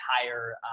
entire